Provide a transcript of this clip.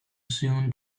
soon